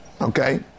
Okay